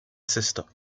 sister